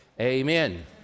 amen